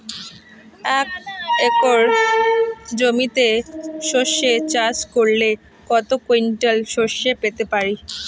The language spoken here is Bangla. এক একর জমিতে সর্ষে চাষ করলে কত কুইন্টাল সরষে পেতে পারি?